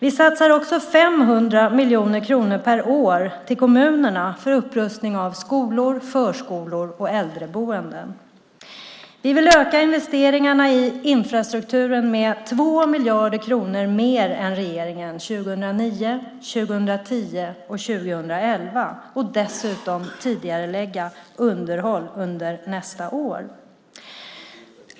Vi satsar också 500 miljoner kronor per år till kommunerna till upprustning av skolor, förskolor och äldreboenden. Vi vill öka investeringarna i infrastrukturen med 2 miljarder kronor mer än regeringen år 2009, 2010 och 2011. Dessutom vill vi tidigarelägga underhåll under nästa år.